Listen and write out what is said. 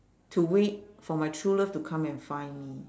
to wait for my true love to come and find me